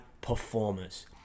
performers